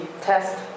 test